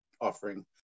offering